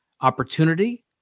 opportunity